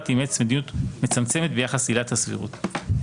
אימץ מדיניות מצמצמת ביחס לעילת הסבירות.